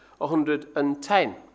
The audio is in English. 110